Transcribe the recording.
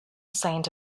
saint